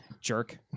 jerk